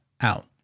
out